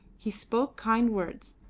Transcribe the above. he spoke kind words,